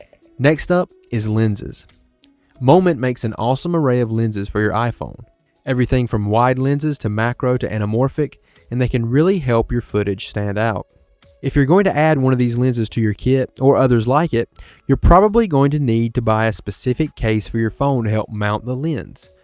next up is lenses moment makes an awesome array of lenses for your iphone everything from wide lenses to macro to anamorphic and they can really help your footage stand out if you're going to add one of these lenses to your kit or others like it you're probably going to need to buy a specific case for your phone to help mount the lens.